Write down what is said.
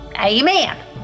Amen